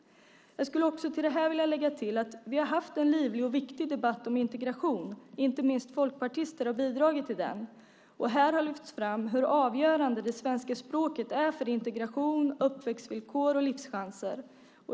Till detta skulle jag vilja lägga att vi har haft en livlig och viktig debatt om integration. Inte minst folkpartister har bidragit till den. Här har det lyfts fram hur avgörande det svenska språket är för integration, uppväxtvillkor och livschanser.